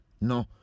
no